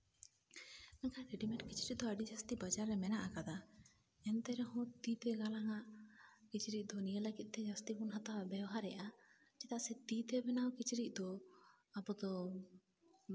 ᱢᱮᱱᱠᱷᱟᱱ ᱨᱮᱰᱤᱢᱮᱰ ᱠᱤᱪᱨᱤᱪ ᱫᱚ ᱟᱹᱰᱤ ᱡᱟᱹᱥᱛᱤ ᱵᱟᱡᱟᱨ ᱨᱮ ᱢᱮᱱᱟᱜ ᱟᱠᱟᱫᱟ ᱮᱱᱛᱮ ᱨᱮᱦᱚᱸ ᱛᱤ ᱛᱮ ᱜᱟᱞᱟᱝ ᱟᱜ ᱠᱤᱪᱨᱤᱪ ᱫᱚ ᱱᱤᱭᱟᱹ ᱞᱟᱹᱜᱤᱫ ᱛᱮ ᱡᱟᱹᱥᱛᱤ ᱵᱚᱱ ᱦᱟᱛᱟᱣᱟ ᱵᱮᱣᱦᱟᱨᱮᱜᱼᱟ ᱪᱮᱫᱟᱜ ᱥᱮ ᱛᱤᱛᱮ ᱵᱮᱱᱟᱣ ᱠᱤᱪᱨᱤᱪ ᱫᱚ ᱟᱵᱚ ᱫᱚ